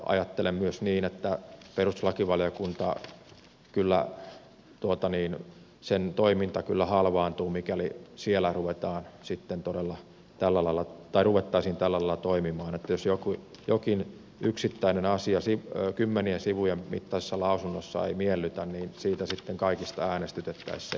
ajattelen myös niin että perustuslakivaliokunnan toiminta kyllä halvaantuu mikäli siellä ruvettaisiin tällä lailla toimimaan että jos jokin yksittäinen asia kymmenien sivujen mittaisessa lausunnossa ei miellytä niin niistä sitten kaikista äänestytettäisiin